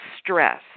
stress